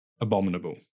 abominable